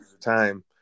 time